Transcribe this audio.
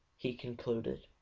he concluded.